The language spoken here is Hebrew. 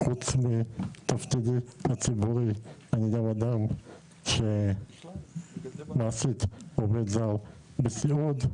חוץ מתפקידי הציבורי אני גם אדם שמעסיק עובד זר בסיעוד,